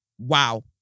Wow